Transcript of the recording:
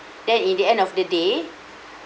then in the end of the day